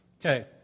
Okay